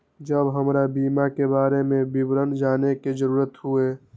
जब हमरा बीमा के बारे में विवरण जाने के जरूरत हुए?